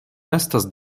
estas